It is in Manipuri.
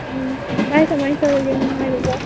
ꯀꯃꯥꯏ ꯀꯃꯥꯏꯅ ꯇꯧꯔꯤꯒꯦ ꯅꯨꯡꯉꯥꯏꯔꯤꯕꯣ